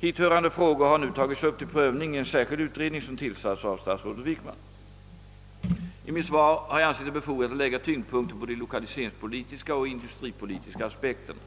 Hithörande frågor har nu tagits upp till prövning i en särskild utredning, som tillsatts av statsrådet Wickman. I mitt svar har jag ansett det befogat att lägga tyngdpunkten på de lokaliseringspolitiska och industripolitiska aspekterna.